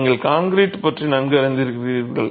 நீங்கள் கான்கிரீட் பற்றி நன்கு அறிந்திருக்கிறீர்கள்